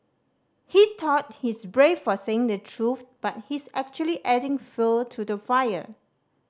he thought he's brave for saying the truth but he's actually adding fuel to the fire